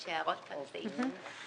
יש הערות על הסעיף?